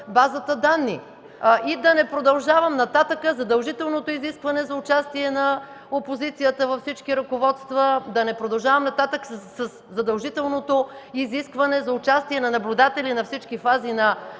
базата данни. Да не продължавам нататък – със задължителното изискване за участие на опозицията във всички ръководства, да не продължавам нататък със задължителното изискване за участие на наблюдатели на всички фази на